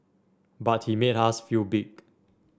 but he made us feel big